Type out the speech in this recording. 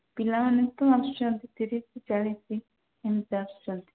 ପିଲାମାନେ ତ ଆସୁଛନ୍ତି ତିରିଶରୁ ଚାଳିଶ ଏମିତି ଆସୁଛନ୍ତି